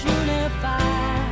unify